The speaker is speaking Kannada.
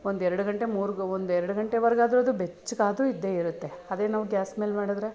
ಒಂದು ಎರ್ಡು ಗಂಟೆ ಮೂರ್ಗೆ ಒಂದು ಎರ್ಡು ಗಂಟೆವರೆಗಾದ್ರೂ ಅದು ಬೆಚ್ಚಗಾದ್ರೂ ಇದ್ದೇ ಇರುತ್ತೆ ಅದೇ ನಾವು ಗ್ಯಾಸ್ ಮೇಲೆ ಮಾಡಿದ್ರೆ